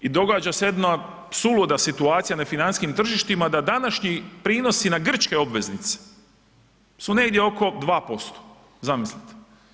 I događa se jedna suluda situacija na financijskim tržištima da današnji prinosi na grčke obveznice su negdje oko 2%, zamislite.